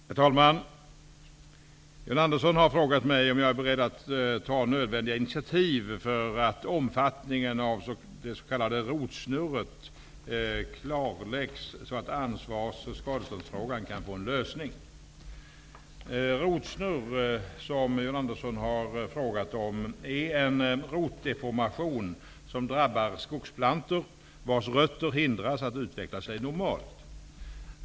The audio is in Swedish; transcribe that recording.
Herr talman! John Andersson har frågat mig om jag är beredd att ta nödvändiga initiativ för att omfattningen av s.k. rotsnurr klarläggs så att ansvars och skadeståndsfrågan kan få sin lösning. Rotsnurr, som John Andersson har frågat om, är en rotdeformation som drabbar skogsplantor, vilkas rötter hindras att utveckla sig normalt.